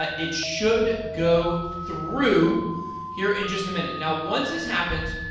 ah it should go through here in just a minute. now, once this happens,